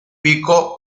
pico